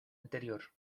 anterior